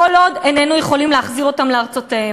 כל עוד איננו יכולים להחזיר אותם לארצותיהם.